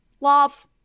love